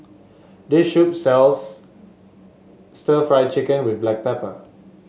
this shop sells Stir Fried Chicken with Black Pepper